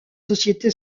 société